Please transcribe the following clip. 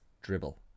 dribble